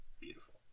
beautiful